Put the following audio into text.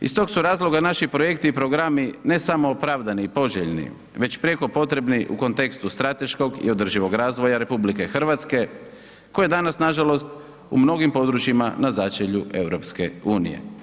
Iz tog su razloga naši projekti i programi, ne samo opravdani i poželjni već prijeko potrebni u kontekstu strateškog i održivog razvoja RH koje je danas nažalost u mnogim područjima na začelju EU.